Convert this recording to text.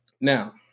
now